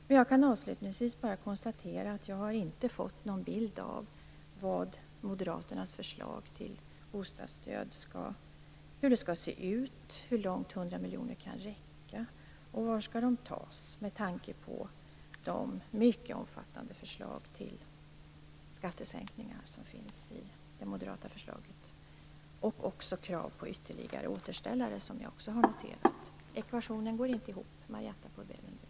Men jag kan avslutningsvis bara konstatera att jag inte har fått någon bild av hur bostadsstödet i moderaternas förslag skall se ut, hur långt 100 miljoner kan räcka och varifrån pengarna skall tas, med tanke på de mycket omfattande förslag till skattesänkningar som finns i det moderata förslaget liksom krav på ytterligare återställare, som jag också har noterat. Ekvationen går inte ihop, Marietta de Pourbaix-Lundin.